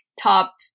top